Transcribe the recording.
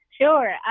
Sure